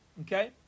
Okay